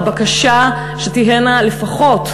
הבקשה שתהיינה לפחות,